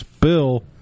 bill